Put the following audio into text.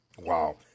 Wow